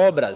ovo,